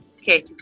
okay